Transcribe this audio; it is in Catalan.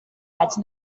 vaig